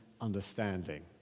understanding